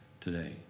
today